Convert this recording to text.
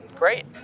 Great